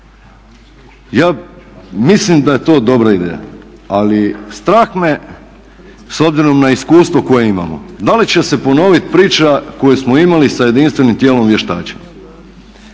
Ja mislim da je to dobra ideja, ali strah me s obzirom na iskustvo koje imamo. Da li će se ponoviti priča koju smo imali sa jedinstvenim tijelom vještačenja?